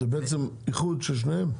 זה בעצם איחוד של שניהם?